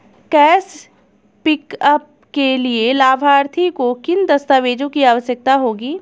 Cash pickup के लिए लाभार्थी को किन दस्तावेजों की आवश्यकता होगी?